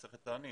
מסכת תענית,